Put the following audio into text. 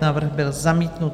Návrh byl zamítnut.